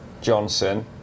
Johnson